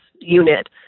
unit